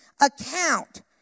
account